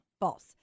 false